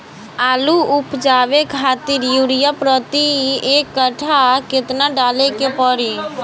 आलू उपजावे खातिर यूरिया प्रति एक कट्ठा केतना डाले के पड़ी?